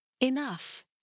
Enough